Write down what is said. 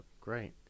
great